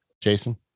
jason